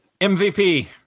MVP